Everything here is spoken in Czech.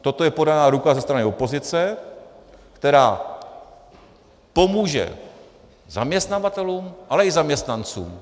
Toto je podaná ruka ze strany opozice, která pomůže zaměstnavatelům, ale i zaměstnancům.